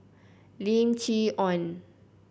Lim Chee Onn